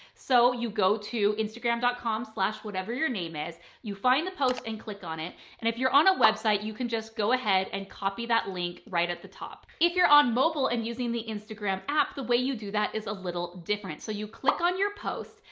so you go to instagram dot com slash whatever your name is. you find the post and click on it. and if you're on desktop, you can just go ahead and copy that link right at the top. if you're on mobile and using the instagram app, the way you do that is a little different. so you click on your post,